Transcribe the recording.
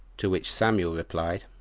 to which samuel replied,